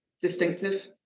distinctive